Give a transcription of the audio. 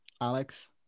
alex